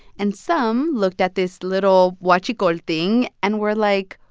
and some looked at this little huachicol thing and were like,